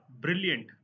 brilliant